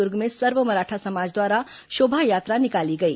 दुर्ग में सर्व मराठा समाज द्वारा शोभायात्रा निकाली गई